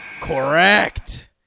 Correct